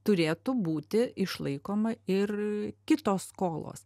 turėtų būti išlaikoma ir kitos skolos